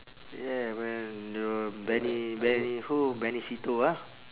yeah when the benny benny who benny se teo ah